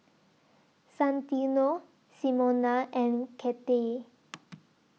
Santino Simona and Cathey